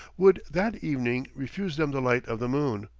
would that evening refuse them the light of the moon.